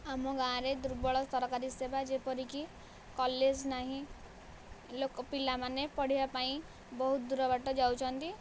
ଆମ ଗାଁରେ ଦୁର୍ବଳ ସରକାରୀ ସେବା ଯେପରି କି କଲେଜ ନାହିଁ ଲୋକ ପିଲାମାନେ ପଢ଼ିବା ପାଇଁ ବହୁତ ଦୂର ବାଟ ଯାଉଛନ୍ତି